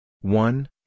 one